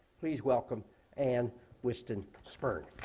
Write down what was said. please welcome ann whiston spirn.